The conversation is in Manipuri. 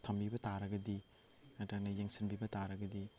ꯊꯝꯕꯤꯕ ꯇꯥꯔꯒꯗꯤ ꯅꯠꯇ꯭ꯔꯒꯅ ꯌꯦꯡꯁꯤꯟꯕꯤꯕ ꯇꯥꯔꯒꯗꯤ